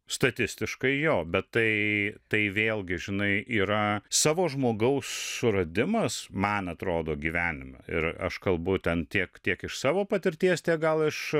statistiškai jo bet tai tai vėlgi žinai yra savo žmogaus suradimas man atrodo gyvenime ir aš kalbu ten tiek kiek iš savo patirties tiek gal aš